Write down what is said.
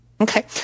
Okay